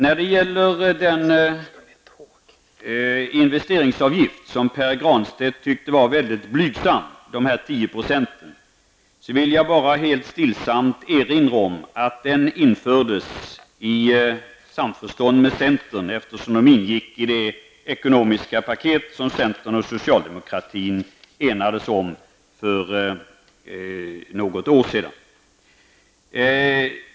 Fru talman! Jag vill bara helt stillsamt erinra om att den investeringsavgift som Pär Granstedt tyckte var mycket blygsam, 10 %, infördes i samförstånd med centern, eftersom den ingick i det ekonomiska paket som centern och socialdemokratin enades om för något år sedan.